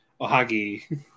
Ohagi